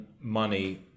money